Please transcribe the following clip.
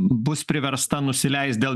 bus priversta nusileist dėl